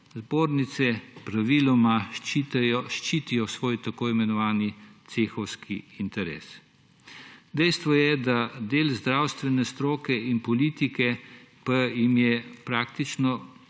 zbornice praviloma ščitijo svoj tako imenovani cehovski interes. Dejstvo je, da del zdravstvene stroke in politike, pa jim je praktično